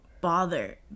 bother